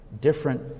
different